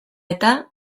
eta